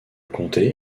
comté